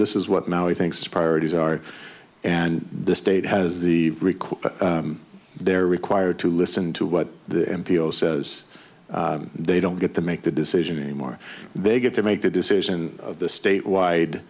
this is what now i think the priorities are and the state has the record they're required to listen to what the m p o says they don't get to make the decision anymore they get to make the decision of the state wide